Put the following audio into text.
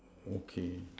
okay